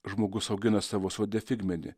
žmogus augina savo sode figmedį